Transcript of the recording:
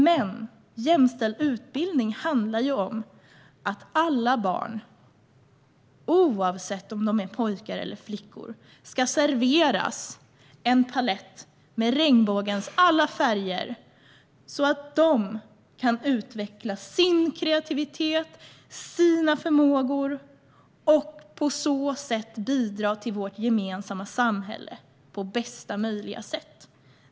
Men jämställd utbildning handlar om att alla barn, oavsett om de är pojkar eller flickor, ska serveras en palett med regnbågens alla färger så att de kan utveckla sin kreativitet och sina förmågor för att på så sätt bidra till vårt gemensamma samhälle på bästa möjliga sätt.